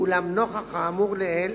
אולם נוכח האמור לעיל,